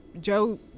Joe